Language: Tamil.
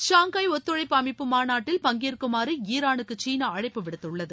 ஷாங்காய் ஒத்துழைப்பு அமைப்பு மாநாட்டில் பங்கேற்குமாறு ஈரானுக்கு சீனா அழைப்பு விடுத்துள்ளது